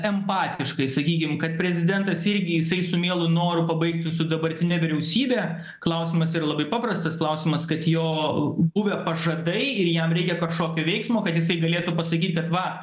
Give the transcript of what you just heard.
empatiškai sakykim kad prezidentas irgi jisai su mielu noru pabaigtų su dabartine vyriausybe klausimas yra labai paprastas klausimas kad jo buvę pažadai ir jam reikia kažkokio veiksmo kad jisai galėtų pasakyt kad va